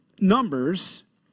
Numbers